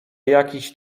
jakichś